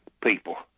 people